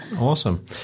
Awesome